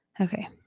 Okay